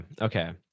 Okay